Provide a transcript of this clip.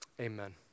Amen